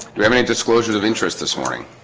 you have any disclosures of interest this morning